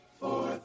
four